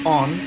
on